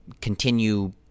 continue